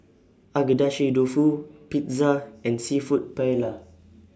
Agedashi Dofu Pizza and Seafood Paella